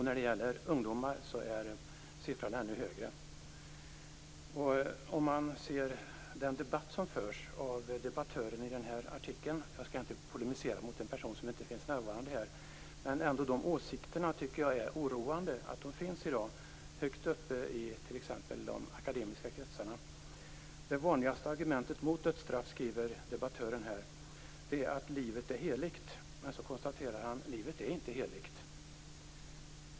När det gäller ungdomar är siffran ännu högre. Låt oss titta på den debatt som förs av debattören i den här artikeln. Jag skall inte polemisera mot en person som inte är närvarande här, men jag tycker att det är oroande att de åsikterna finns i dag högt uppe i t.ex. de akademiska kretsarna. Det vanligaste argumentet mot dödsstraffet, skriver debattören, är att livet är heligt. Men sedan konstaterar han att livet inte är heligt.